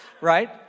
right